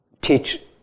teach